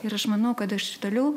ir aš manau kad aš toliau